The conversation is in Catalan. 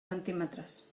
centímetres